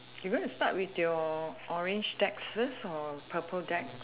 you going to start with your orange decks first or purple decks